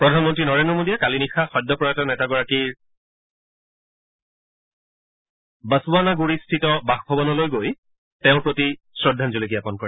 প্ৰধানমন্ত্ৰী নৰেন্দ্ৰ মোদীয়ে কালি নিশা সদ্য প্ৰয়াত নেতাগৰাকীৰ বাছৱানাগুড়িস্থিত বাসভৱনলৈ গৈ তেওঁৰ প্ৰতি শ্ৰদ্ধাঞ্জলি জ্ঞাপন কৰে